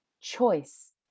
choice